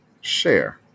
share